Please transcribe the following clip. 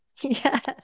Yes